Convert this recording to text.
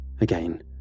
Again